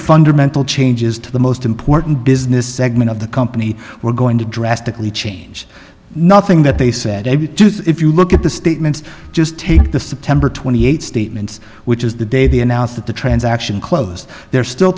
fundamental changes to the most important business segment of the company were going to drastically change nothing that they said if you look at the statements just take the september twenty eighth statements which is the day they announced that the transaction closed they're still